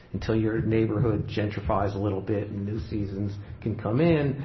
until your neighborhood gentrifies a little bit and new seasons can come in,